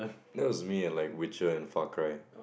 that was me and like Witcher and Far-Cry